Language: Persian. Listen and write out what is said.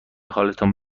حالتان